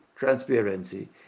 transparency